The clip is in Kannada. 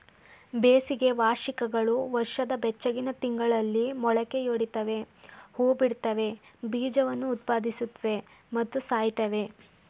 ಬೇಸಿಗೆ ವಾರ್ಷಿಕಗಳು ವರ್ಷದ ಬೆಚ್ಚಗಿನ ತಿಂಗಳಲ್ಲಿ ಮೊಳಕೆಯೊಡಿತವೆ ಹೂಬಿಡ್ತವೆ ಬೀಜವನ್ನು ಉತ್ಪಾದಿಸುತ್ವೆ ಮತ್ತು ಸಾಯ್ತವೆ